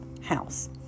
house